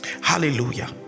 hallelujah